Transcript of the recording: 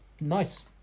Nice